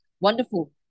wonderful